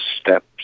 steps